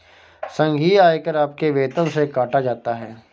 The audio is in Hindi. संघीय आयकर आपके वेतन से काटा जाता हैं